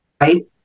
right